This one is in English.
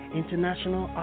international